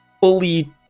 fully